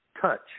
touch